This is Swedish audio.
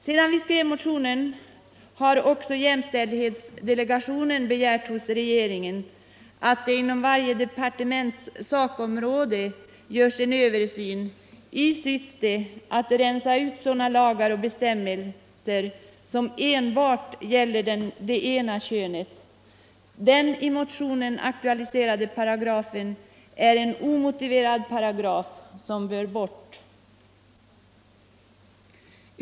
Sedan vi skrev motionen har också jämställdhetsdelegationen begärt hos regeringen att det inom varje departements sakområde görs en översyn i syfte att rensa ut sådana lagar och bestämmelser som enbart gäller det ena könet. Den i motionen aktualiserade paragrafen är en omotiverad paragraf, som bör avskaffas.